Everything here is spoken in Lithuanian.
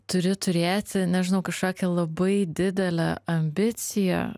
turi turėti nežinau kažkokią labai didelę ambiciją